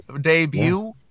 debut